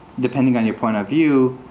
depending on your point of view,